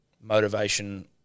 motivation